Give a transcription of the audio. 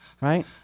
Right